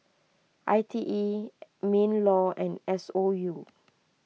I T E MinLaw and S O U